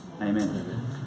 Amen